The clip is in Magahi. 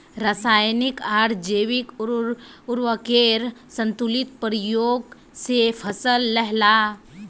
राशयानिक आर जैविक उर्वरकेर संतुलित प्रयोग से फसल लहलहा